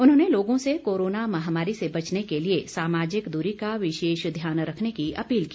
उन्होंने लोगों से कोरोना महामारी से बचने के लिए सामाजिक दूरी का विशेष ध्यान रखने की अपील की